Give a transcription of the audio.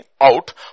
out